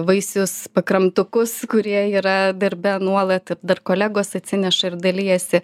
vaisius pakramtukus kurie yra darbe nuolat ir dar kolegos atsineša ir dalijasi